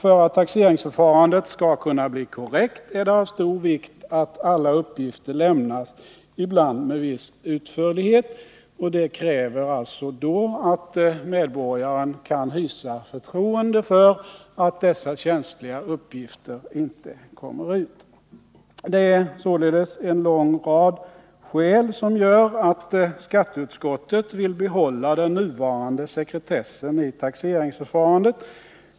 För att taxeringsförfarandet skall kunna bli korrekt är det av stor vikt att alla uppgifter lämnas, ibland med viss utförlighet. Det kräver att medborgaren kan hysa förtroende för att dessa känsliga uppgifter inte kommer ut. Det är således en lång rad skäl som gör att skatteutskottet vill behålla den nuvarande sekretessen i taxeringsförfarandet.